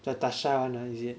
叫 tasha [one] right is it